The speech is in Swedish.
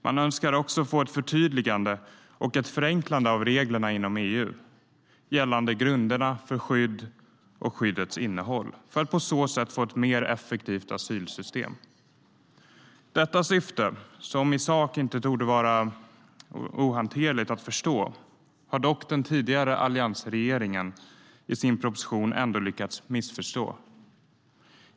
Man önskar också få ett förtydligande och förenklande av reglerna inom EU gällande grunderna för skydd och skyddets innehåll för att på så sätt få ett mer effektivt asylsystem. Detta syfte torde inte i sak vara ohanterligt att förstå. Ändå har den tidigare alliansregeringen i sin proposition lyckats missförstå det.